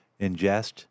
ingest